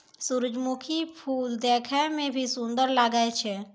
सुरजमुखी फूल देखै मे भी सुन्दर लागै छै